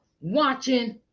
watching